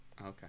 Okay